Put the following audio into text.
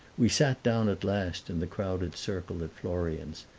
we sat down at last in the crowded circle at florian's,